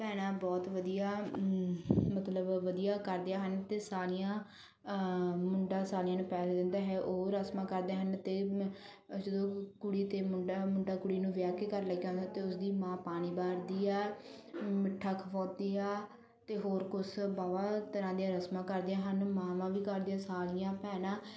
ਭੈਣਾਂ ਬਹੁਤ ਵਧੀਆ ਮਤਲਬ ਵਧੀਆ ਕਰਦੀਆਂ ਹਨ ਅਤੇ ਸਾਲੀਆਂ ਮੁੰਡਾ ਸਾਲੀਆਂ ਨੂੰ ਪੈਸੇ ਦਿੰਦਾ ਹੈ ਉਹ ਰਸਮਾਂ ਕਰਦੇ ਹਨ ਅਤੇ ਜਦੋਂ ਕੁੜੀ ਅਤੇ ਮੁੰਡਾ ਮੁੰਡਾ ਕੁੜੀ ਨੂੰ ਵਿਆਹ ਕੇ ਘਰ ਲੈ ਕੇ ਆਉਂਦਾ ਅਤੇ ਉਸਦੀ ਮਾਂ ਪਾਣੀ ਵਾਰਦੀ ਆ ਮਿੱਠਾ ਖਵਾਉਂਦੀ ਆ ਅਤੇ ਹੋਰ ਕੁਛ ਵਾਹਵਾ ਤਰ੍ਹਾਂ ਦੀਆਂ ਰਸਮਾਂ ਕਰਦੀਆਂ ਹਨ ਮਾਵਾਂ ਵੀ ਕਰਦੀਆਂ ਸਾਲੀਆਂ ਭੈਣਾਂ